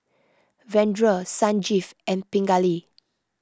Vedre Sanjeev and Pingali